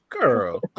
girl